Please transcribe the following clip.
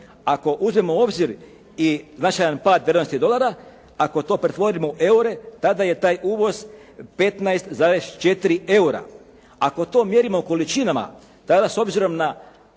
Ako uzmemo u obzir i značajan pad vrijednosti dolara, ako to pretvorimo u EUR-e tada je taj uvoz 15,4 EUR-a. Ako to mjerimo količinama tada s obzirom na